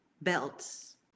belts